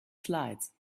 slides